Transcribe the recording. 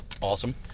Awesome